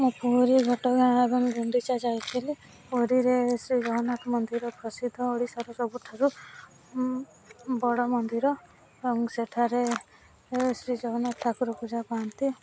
ମୋ ପୁଅ ହେରିକା ଘଟଗାଁ ଏବଂ ଗୁଣ୍ଡିଚା ଯାଇଥିଲେ ପୁରୀରେ ଶ୍ରୀଜଗନ୍ନାଥ ମନ୍ଦିର ପ୍ରସିଦ୍ଧ ଓଡ଼ିଶାର ସବୁଠାରୁ ବଡ଼ ମନ୍ଦିର ଏବଂ ସେଠାରେ ଶ୍ରୀଜଗନ୍ନାଥ ଠାକୁର ପୂଜା ପାଆନ୍ତି